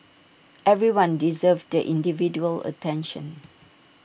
everyone deserves the individual attention